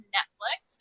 Netflix